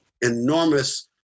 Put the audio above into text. enormous